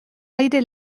aire